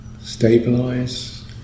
stabilize